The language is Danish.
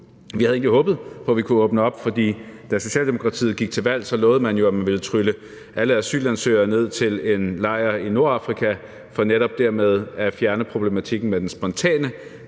Vi havde egentlig håbet på, at vi kunne åbne op, fordi da Socialdemokratiet gik til valg, lovede man jo, at man ville trylle alle asylansøgere ned til en lejr i Nordafrika for netop dermed at fjerne problematikken med den spontane